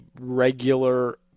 regular